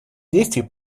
действий